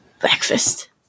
breakfast